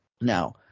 Now